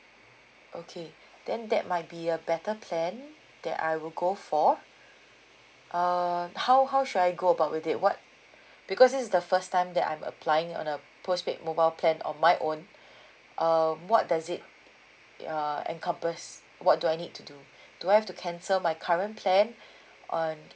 okay then that might be a better plan that I will go for err how how should I go about with it what because this is the first time that I'm applying on a postpaid mobile plan on my own um what does it uh encompass what do I need to do do I have to cancel my current plan um